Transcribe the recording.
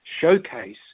showcase